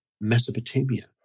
mesopotamia